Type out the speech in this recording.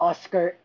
Oscar